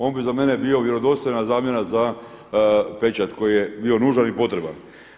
On bi za mene bio vjerodostojna zamjena za pečat koji je bio nužan i potreban.